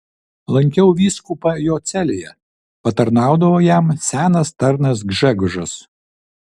lankiau vyskupą jo celėje patarnaudavo jam senas tarnas gžegožas